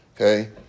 okay